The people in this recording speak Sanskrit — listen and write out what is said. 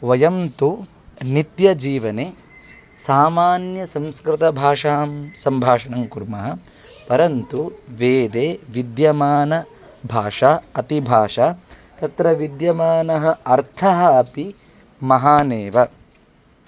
वयं तु नित्यजीवने सामान्यसंस्कृतभाषां सम्भाषणङ्कुर्मः परन्तु वेदे विद्यमानभाषा अतिभाषा तत्र विद्यमानः अर्थः अपि महान् एव